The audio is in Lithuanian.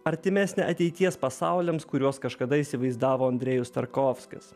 artimesnė ateities pasauliams kuriuos kažkada įsivaizdavo andrejus tarkovskis